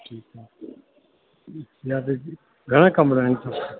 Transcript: ठीकु आहे या त घणा कमरा आहिनि